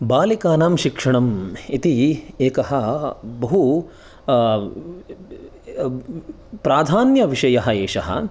बालिकानां शिक्षणं इति एकः बहु प्राधान्यविषयः एषः